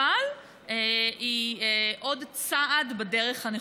אבל היא עוד צעד בדרך הנכונה.